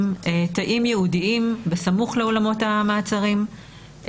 תאים ייעודיים בסמוך לאולמות המעצרים,